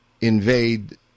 invade